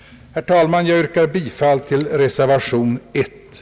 Herr talman! Jag yrkar bifall till reservation I.